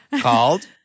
called